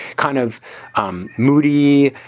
kind of um moody,